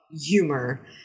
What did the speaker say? humor